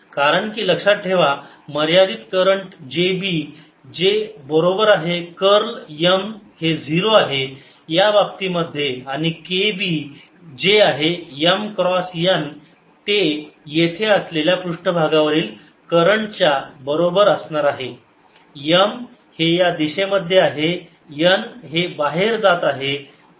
कारण की लक्षात ठेवा मर्यादित करंट J B जे बरोबर आहे कर्ल M हे 0 आहे या बाबतीमध्ये आणि K B जे आहे M क्रॉस n ते येथे असलेल्या पृष्ठभागावरील करंटच्या बरोबर असणार आहे M हे या दिशेमध्ये आहे n हे बाहेर जात आहे